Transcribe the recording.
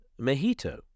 mojito